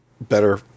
better